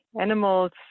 animals